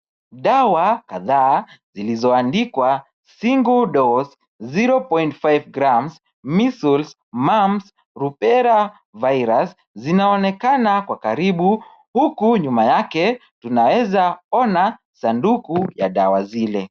Dawa kadhaa zilizoandikwa single dose, 0.5g, Measles, Mumps, Rubella Virus , zinaonekana kwa karibu huku nyuma yake tunaweza ona sanduku ya dawa zile.